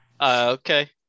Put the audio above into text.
Okay